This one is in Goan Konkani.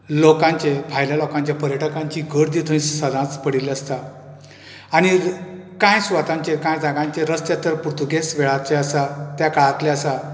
लोकांचे भायल्या लोकांचे पर्यटकांचे गर्दी थंय सदांच पडिल्ली आसता आनी कांय सुवातांचेर कांय जागांचेर रस्ते तर पुर्तूगेज वेळाचे आसा त्या काळांतले आसा